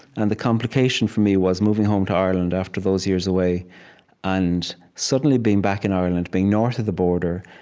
and the complication for me was moving home to ireland after those years away and suddenly being back in ireland, being north of the border,